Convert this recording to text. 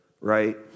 right